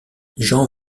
jean